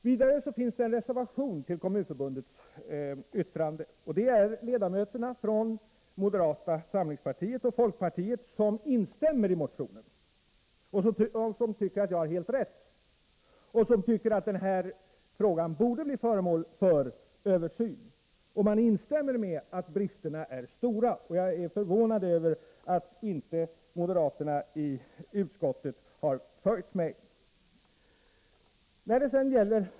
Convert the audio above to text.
Vidare finns det en reservation till Kommunförbundets yttrande; det är ledamöterna från moderata samlingspartiet och folkpartiet som instämmer i motionen. De tycker att jag har helt rätt, och de tycker att denna fråga borde bli föremål för översyn. De instämmer i att bristerna är stora. Jag är förvånad över att inte moderaterna i utskottet har följt mig.